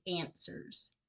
answers